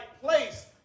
place